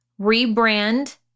rebrand